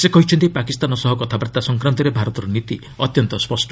ସେ କହିଛନ୍ତି ପାକିସ୍ତାନ ସହ କଥାବାର୍ଭା ସଂକ୍ରାନ୍ତରେ ଭାରତର ନୀତି ଅତ୍ୟନ୍ତ ସ୍ୱଷ୍ଟ